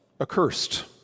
Accursed